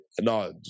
No